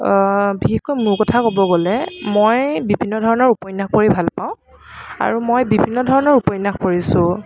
বিশেষকৈ মোৰ কথা ক'বলৈ গ'লে মই বিভিন্ন ধৰণৰ উপন্য়াস পঢ়ি ভাল পাওঁ আৰু মই বিভিন্ন ধৰণৰ উপন্য়াস পঢ়িছোঁ